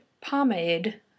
pomade